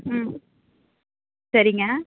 ம் சரிங்க